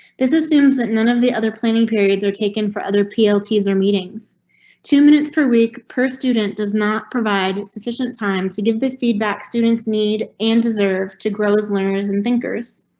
this assumes that none of the other planning periods are taken for other ppl teaser meetings two minutes per week per student does not provide sufficient time to give the feedback. students need and deserve. she grows learners and thinkers.